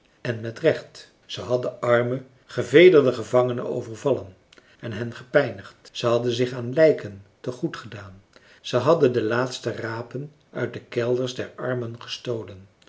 en met recht ze hadden arme gevederde gevangenen overvallen en hen gepijnigd ze hadden zich aan lijken te goed gedaan zij hadden de laatste rapen uit de kelders der armen gestolen